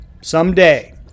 someday